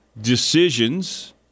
decisions